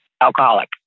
Alcoholic